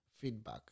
feedback